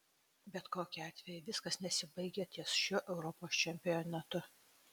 bet kokiu atveju viskas nesibaigia ties šiuo europos čempionatu